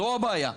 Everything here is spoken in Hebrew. וזו הבעיה.